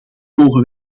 mogen